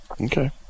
okay